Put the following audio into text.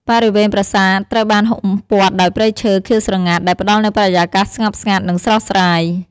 បរិវេណប្រាសាទត្រូវបានហ៊ុំព័ទ្ធដោយព្រៃឈើខៀវស្រងាត់ ដែលផ្តល់នូវបរិយាកាសស្ងប់ស្ងាត់ និងស្រស់ស្រាយ។